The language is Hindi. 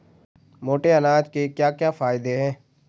मोटे अनाज के क्या क्या फायदे हैं?